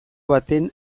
baten